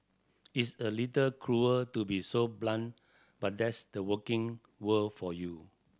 it's a little cruel to be so blunt but that's the working world for you